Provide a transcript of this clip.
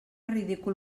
ridícul